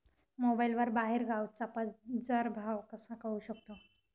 मोबाईलवर बाहेरगावचा बाजारभाव कसा कळू शकतो?